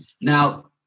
Now